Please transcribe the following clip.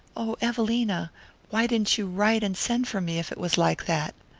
oh, evelina why didn't you write and send for me if it was like that?